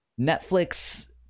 Netflix